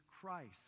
Christ